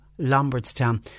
Lombardstown